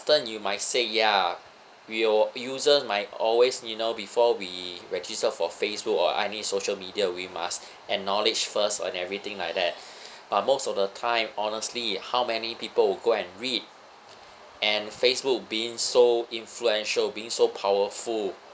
you might say ya we will users might always you know before we register for Facebook or any social media we must acknowledge first and everything like that but most of the time honestly how many people will go and read and Facebook being so influential being so powerful